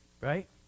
right